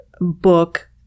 book